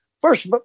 First